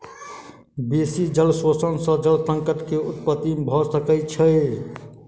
बेसी जल शोषण सॅ जल संकट के उत्पत्ति भ सकै छै